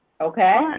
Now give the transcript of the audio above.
okay